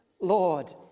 Lord